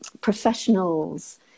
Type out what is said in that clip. professionals